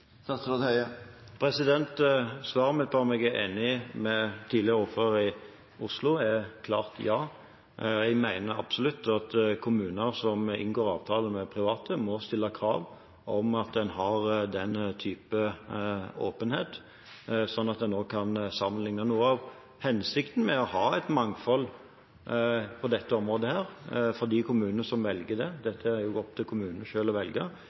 Svaret mitt på om jeg er enig med tidligere ordfører i Oslo, er klart ja. Jeg mener absolutt at kommuner som inngår avtaler med private, må stille krav om at en har den typen åpenhet, sånn at en kan sammenlikne. Noe av hensikten med å ha et mangfold på dette området, for de kommunene som velger det – dette er jo opp til kommunene selv å velge